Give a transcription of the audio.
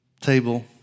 table